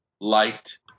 liked